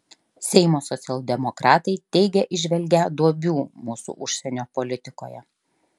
seimo socialdemokratai teigia įžvelgią duobių mūsų užsienio politikoje